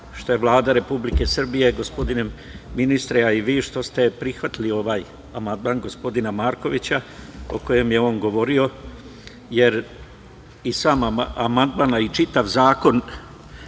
što su Vlada Republike Srbije, gospodine ministre, a i vi prihvatili ovaj amandman gospodina Markovića o kojem je on govorio, jer i sam amandman, a i čitav zakon,